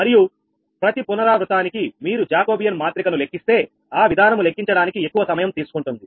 మరియు ప్రతి పునరావృతానికి మీరు జాకోబియన్ మాత్రిక ను లెక్కిస్తే ఆ విధానము లెక్కించడానికి ఎక్కువ సమయం తీసుకుంటుంది